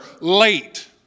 late